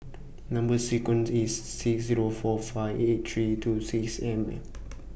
Number sequence IS six Zero four five eight three two six M and